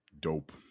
Dope